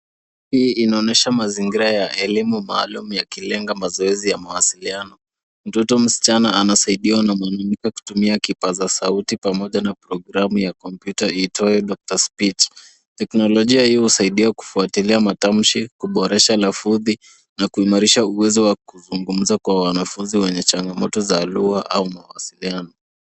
Hii inaonesha mazingira ya elimu maalum yakilenga mazoezi ya mawasiliano. Mtoto msichana anasaidiwa kutumia kipaza sauti pamoja na programu ya kompyuta iitwayo Doctor Speech . Teknolojia hii husaidia kufuatilia matamshi, kuboresha lafudhi na kuimarisha uwezo wa kuzungumza kwa wanafunzi wenye changamoto za lugha au mawasiliano.